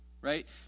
right